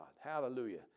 hallelujah